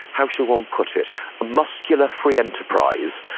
how should one put it, a muscular free-enterprise,